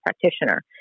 practitioner